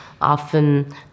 often